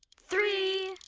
three,